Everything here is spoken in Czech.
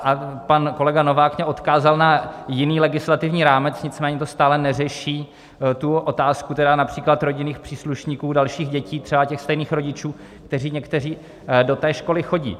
A pak kolega Novák mě odkázal na jiný legislativní rámec, nicméně to stále neřeší otázku například rodinných příslušníků, dalších dětí stejných rodičů, kde někteří do školy chodí.